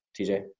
TJ